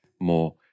more